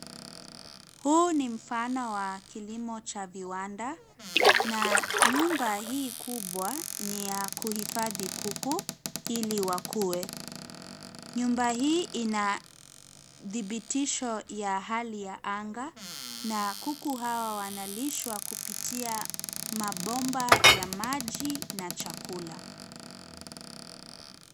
Huu ni mfano wa kilimo cha viwanda. Na nyumba hii kubwa ni ya kuhifadhi kuku ili wakue. Nyumba hii ina dhibitisho ya hali ya anga na kuku hao wanalishwa kupitia mabomba ya maji na chakula.